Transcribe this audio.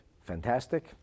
fantastic